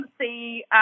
see